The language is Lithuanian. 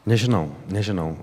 nežinau nežinau